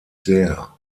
sehr